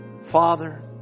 Father